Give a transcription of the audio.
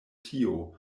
tio